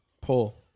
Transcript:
pull